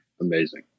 Amazing